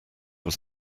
was